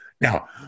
Now